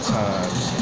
times